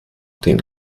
den